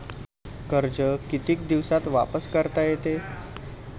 कर्ज कितीक दिवसात वापस करता येते?